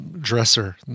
dresser